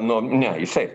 nu ne jisai